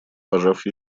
пожав